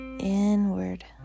inward